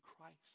Christ